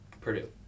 Purdue